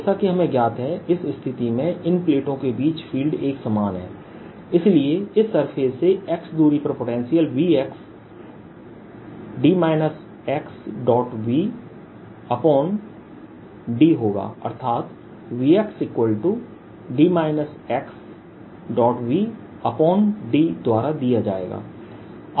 जैसा कि हमें ज्ञात है इस स्थिति में इन प्लेटों के बीच फील्ड एकसमान है इसलिए इस सरफेस से x दूरी पर पोटेंशियल V Vdहोगा अर्थात VVd द्वारा दिया जाएगा